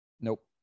Nope